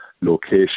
location